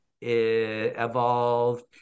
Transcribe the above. evolved